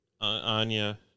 Anya